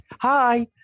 Hi